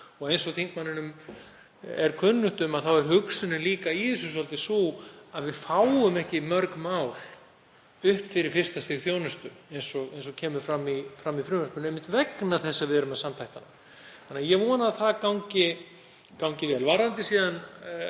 og eins og þingmanninum er kunnugt um er hugsunin í þessu líka sú að við fáum ekki mörg mál upp fyrir fyrsta stigs þjónustu eins og kemur fram í frumvarpinu, einmitt vegna þess að við erum að samþætta hana. Ég vona að það gangi vel. Varðandi